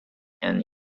and